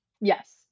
Yes